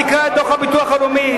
תקרא את דוח הביטוח הלאומי,